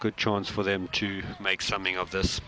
good chance for them to make something of this